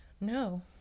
No